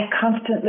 constantly